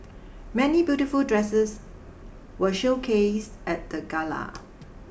many beautiful dresses were showcased at the Gala